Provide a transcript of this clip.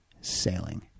Sailing